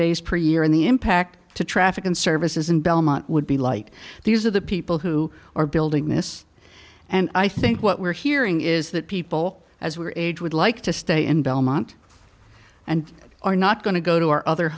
days per year and the impact to traffic and services in belmont would be light these are the people who are building this and i think what we're hearing is that people as we are age would like to stay in belmont and are not going to go to our other